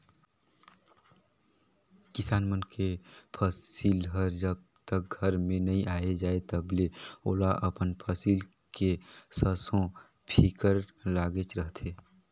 किसान मन के फसिल हर जब तक घर में नइ आये जाए तलबे ओला अपन फसिल के संसो फिकर लागेच रहथे